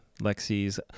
lexi's